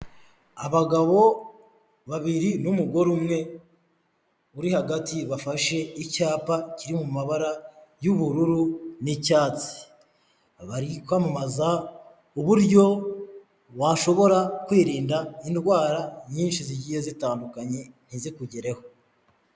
Abagabo babiri n'umugore umwe uri hagati, bafashe icyapa kiri mu mabara y'ubururu n'icyatsi. Bari kwamamaza uburyo washobora kwirinda indwara nyinshi zigiye zitandukanye, ntizikugereho.